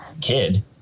kid